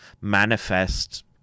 manifest